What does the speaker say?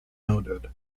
noted